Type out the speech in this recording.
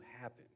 happen